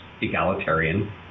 egalitarian